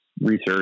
research